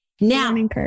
Now